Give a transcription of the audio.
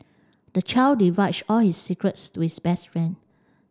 the child divulged all his secrets to his best friend